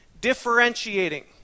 differentiating